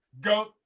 go